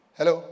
Hello